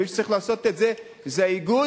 ומי שצריך לעשות את זה זה האיגוד,